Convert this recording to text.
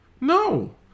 No